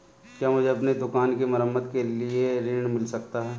क्या मुझे अपनी दुकान की मरम्मत के लिए ऋण मिल सकता है?